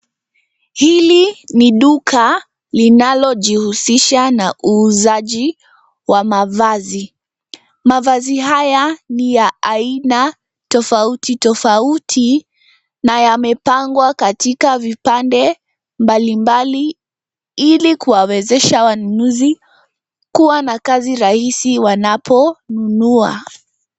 Hili ni duka linalojihusisha na uuzaji wa mavazi. Mavazi haya ni ya aina tofauti tofauti, na yamepangwa katika vipande mbali mbali, ili kuwawezesha wanunuzi kua na kazi rahisi wanaponunua.